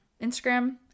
Instagram